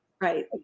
Right